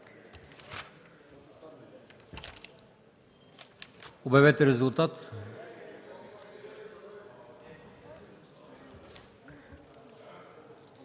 Обявете резултат.